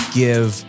give